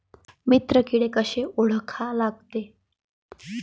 मित्र किडे कशे ओळखा लागते?